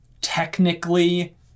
technically